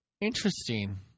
Interesting